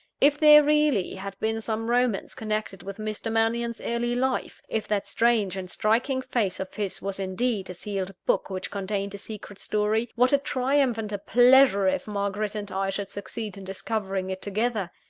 if there really had been some romance connected with mr. mannion's early life if that strange and striking face of his was indeed a sealed book which contained a secret story, what a triumph and a pleasure, if margaret and i should succeed in discovering it together!